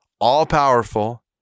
all-powerful